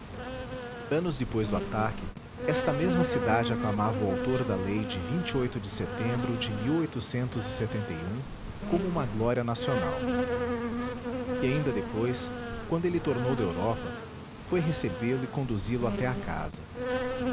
anos depois do ataque esta mesma cidade aclamava o autor da lei de de setembro de como uma glória nacional e ainda depois quando ele tornou da europa foi www nead unama br recebê-lo e conduzi lo até à casa